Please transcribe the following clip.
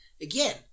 again